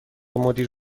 مدیر